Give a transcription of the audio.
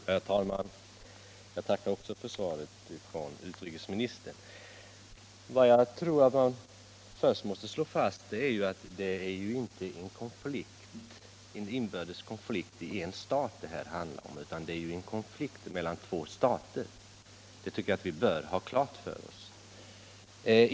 Herr talman! Jag tackar också för svaret från utrikesministern. Vad jag tror att man först måste slå fast är att det här inte handlar om en inbördes konflikt i en stat, utan det är en konflikt mellan två stater. Det tycker jag vi bör ha klart för oss.